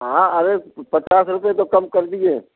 हाँ अरे पचास रुपये तो कम कर दिए